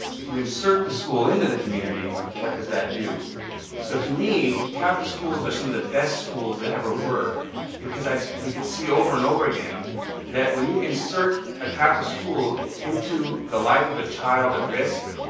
if you insert the school into the community, what does that do? and so to me catholic schools are some of the best schools that ever were because we could see over and over again that when you insert a catholic school into the life of a child at risk,